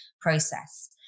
process